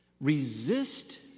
Resist